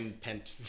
Pent